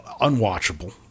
unwatchable